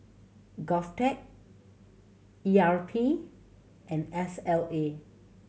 GovTech E R P and S L A